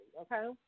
okay